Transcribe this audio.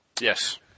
Yes